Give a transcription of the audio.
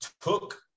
took